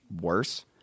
worse